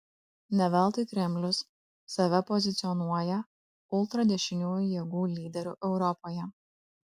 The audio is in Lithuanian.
ne veltui kremlius save pozicionuoja ultradešiniųjų jėgų lyderiu europoje